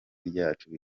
ryacu